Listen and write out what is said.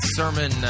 sermon